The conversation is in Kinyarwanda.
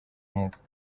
neza